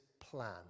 plan